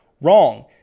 Wrong